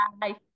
Bye